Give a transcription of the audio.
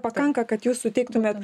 pakanka kad jūs suteiktumėt